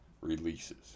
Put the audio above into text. releases